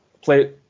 play